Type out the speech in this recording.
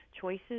choices